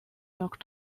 york